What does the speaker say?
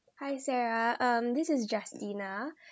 hi sarah um this is justina